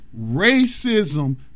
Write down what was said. racism